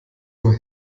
nur